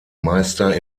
meister